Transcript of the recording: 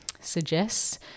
suggests